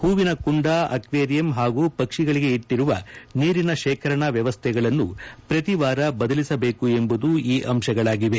ಹೂವಿನ ಕುಂಡ ಅಕ್ವೇರಿಯಂ ಹಾಗೂ ಪಕ್ಷಿಗಳಿಗೆ ಇಟ್ಟಿರುವ ನೀರಿನ ಶೇಖರಣಾ ವ್ಯವಸ್ಥೆಗಳನ್ನು ಪ್ರತಿವಾರ ಬದಲಿಸಬೇಕು ಎಂಬುದು ಈ ಅಂಶಗಳಾಗಿವೆ